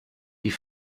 die